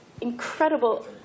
incredible